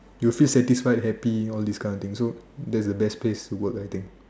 you feel satisfied happy all this kind of things so that is the best place to work I think